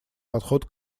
подход